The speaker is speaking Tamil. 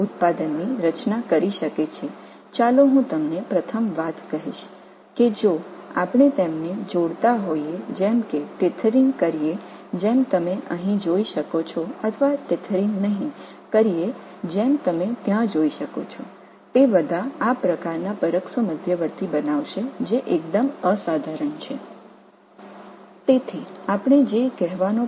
முதலில் ஒரு விஷயத்தைச் சொல்கிறேன் நீங்கள் இங்கே பார்ப்பது போல் அவற்றை இணைப்பது போன்றவற்றை நாங்கள் இணைக்கிறோம் அல்லது நீங்கள் அங்கு பார்ப்பது போல் அவற்றை இணைக்கவில்லை என்றால் அவைகள் அனைத்தும் இந்த வகையான பெராக்ஸோ இடைநிலையை உருவாக்கப் போகின்றது இது மிகவும் தனித்துவமானது